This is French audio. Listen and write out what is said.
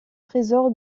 trésor